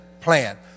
plan